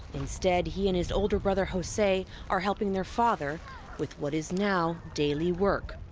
instead, he and his older brother jose are helping their father with what is now daily work,